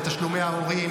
את תשלומי ההורים,